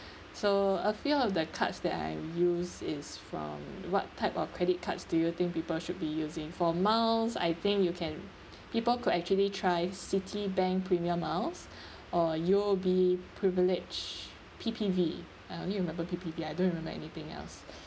so a few of the cards that I use is from what type of credit cards do you think people should be using for miles I think you can people could actually try Citibank premium miles or U_O_B privilege P_P_V I only remember P_P_V I don't remember anything else